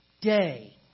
day